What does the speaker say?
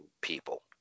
people